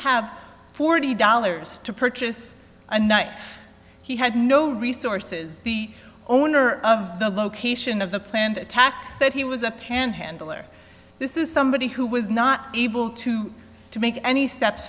have forty dollars to purchase a knife he had no resources the owner of the location of the planned attack said he was a panhandler this is somebody who was not able to to make any steps